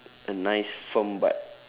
a nice firm butt